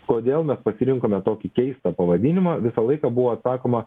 kodėl mes pasirinkome tokį keistą pavadinimą visą laiką buvo sakoma